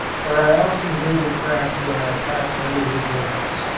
for i often hear the crack when i pass under his windows.